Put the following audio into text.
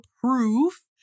proof